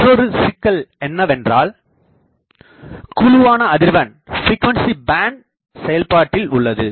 மற்றொரு சிக்கல் என்னவென்றால் குழுவான அதிர்வெண் செயல்பாட்டில் உள்ளது